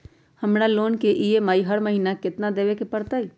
हमरा लोन के ई.एम.आई हर महिना केतना देबे के परतई?